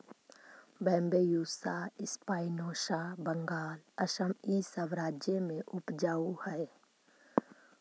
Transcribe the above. Bambusa spinosa Bengal, Assam इ सब राज्य में उपजऽ हई